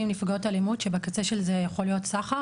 נפגעות אלימות שבקצה של זה יכול להיות סחר,